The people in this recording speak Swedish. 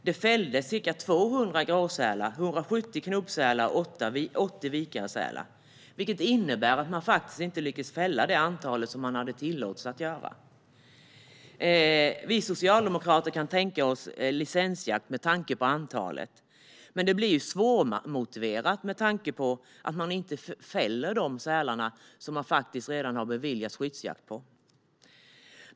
Det fälldes dock bara ca 200 gråsälar, 170 knubbsälar och 80 vikaresälar, vilket innebär att man inte lyckades fälla det antal som man hade tillåtelse till. Vi socialdemokrater kan tänka oss licensjakt med tanke på antalet, men det blir svårmotiverat eftersom man inte har fällt de sälar som man redan har fått skyddsjakt beviljad för.